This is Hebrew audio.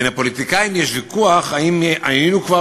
בקרב הפוליטיקאים יש ויכוח האם היינו כבר